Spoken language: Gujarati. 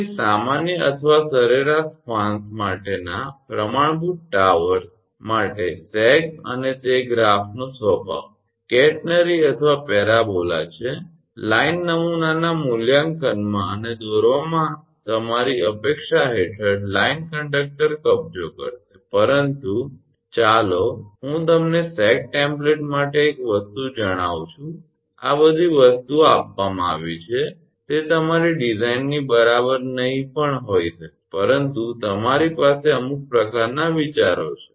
તેથી સામાન્ય અથવા સરેરાશ સ્પાન્સ માટેના પ્રમાણભૂત ટાવર્સ માટે સેગ અને તે ગ્રાફ્નો સ્વાભાવ કેટેનરી અથવા પેરાબોલા છે લાઇન નમૂનાના મૂલ્યાંકનમાં અને દોરવામાં તમારી અપેક્ષા હેઠળ લાઇન કંડક્ટર કબજો કરશે પરંતુ ચાલો હું તમને સેગ ટેમ્પ્લેટ માટે એક વસ્તુ જણાવું છું આ બધી વસ્તુઓ આપવામાં આવી છે તે તમારી ડિઝાઇનની બરાબર નહીં પણ હોઈ શકે પરંતુ તમારી પાસે અમુક પ્રકારના વિચારો છે